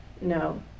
no